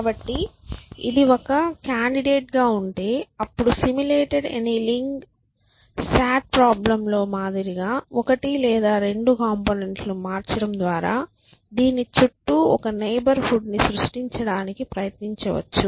కాబట్టి ఇది ఒక కాండిడేట్ గా ఉంటే అప్పుడు సిములేటెడ్ ఎనియలింగ్ SAT ప్రాబ్లెమ్ లో మాదిరిగా ఒకటి లేదా 2 కంపోనెంట్ లను మార్చడం ద్వారా దీని చుట్టూ ఒక నైబర్హుడ్ని సృష్టించడానికి ప్రయత్నించవచ్చు